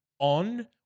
On